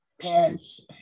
parents